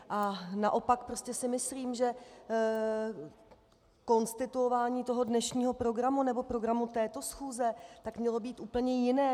Ale naopak si myslím, že konstituování toho dnešního programu, nebo programu této schůze, mělo být úplně jiné.